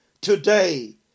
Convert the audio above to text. today